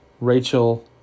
Rachel